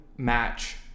match